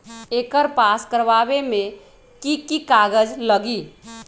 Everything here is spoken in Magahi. एकर पास करवावे मे की की कागज लगी?